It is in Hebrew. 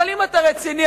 אבל אם אתה רציני,